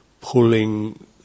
pulling